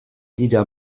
dira